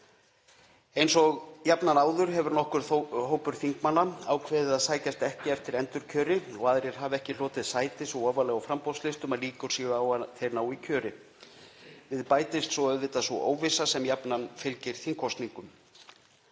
Eins og jafnan áður hefur nokkur hópur þingmanna ákveðið að sækjast ekki eftir endurkjöri og aðrir hafa ekki hlotið sæti svo ofarlega á framboðslistum að líkur séu á að þeir nái kjöri. Við bætist svo auðvitað sú óvissa sem jafnan fylgir þingkosningum.